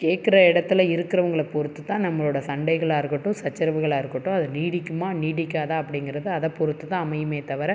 கேட்குற இடத்துல இருக்கிறவங்கள பொறுத்துத் தான் நம்மளோடய சண்டைகளாக இருக்கட்டும் சச்சரவுகளாக இருக்கட்டும் அது நீடிக்குமா நீடிக்காதா அப்படிங்கிறத அதை பொறுத்து தான் அமையுமே தவிர